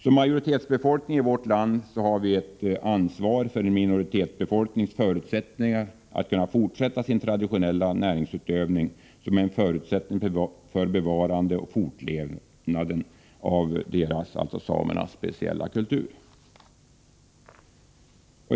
Som majoritetsbefolkning i vårt land har vi även ett ansvar för en minoritetsbefolknings förutsättningar att kunna fortsätta sin traditionella näringsutövning som är en förutsättning för bevarande och fortlevnad av deras, dvs. samernas, speciella kultur.